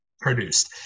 produced